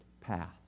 path